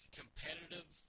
competitive